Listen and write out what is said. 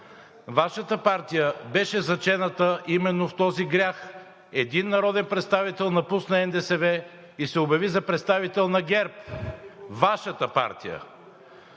Вашата партия беше зачената именно в този грях – един народен представител напусна НДСВ и се обяви за представител на ГЕРБ. Вашата партия!